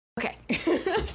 Okay